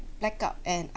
blackout and